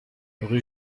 rue